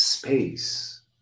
Space